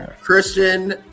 Christian